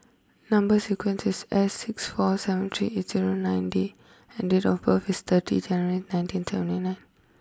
number sequence is S six four seven three eight zero nine D and date of birth is thirty January nineteen seventy nine